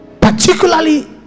particularly